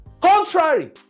contrary